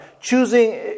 Choosing